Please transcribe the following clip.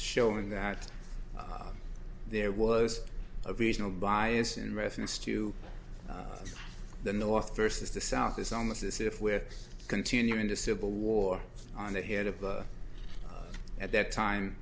showing that there was a regional bias in reference to the north versus the south it's almost as if we're continuing the civil war on the head of the at that time